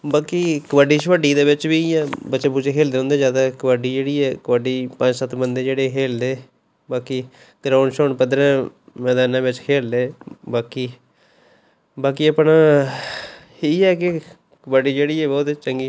बाकी कबड्डी शबड्डी दे बिच्च बी इ'यां बच्चे बुच्चे खेलदे रौंह्दे कबड्डी जेह्ड़ी कबड्डी पंज सत्त बंदे जेह्ड़े खेलदे बाकी ग्राउंड श्राउंड पद्धरै मदानै बिच्च खेलदे बाकी बाकी अपना इ'यै के कबड्डी जेह्ड़ी होऐ ते चंगी